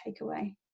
takeaway